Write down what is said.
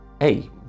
hey